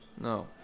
No